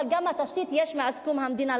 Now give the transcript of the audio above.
אבל התשתית קיימת מאז קום המדינה.